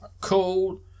Cool